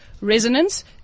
resonance